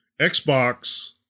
Xbox